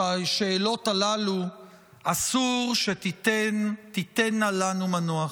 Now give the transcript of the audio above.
השאלות הללו אסור שתיתנה לנו מנוח.